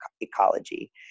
ecology